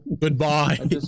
Goodbye